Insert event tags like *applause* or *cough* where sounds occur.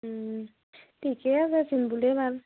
ঠিকে আছেচোন *unintelligible*